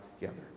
together